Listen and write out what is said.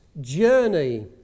journey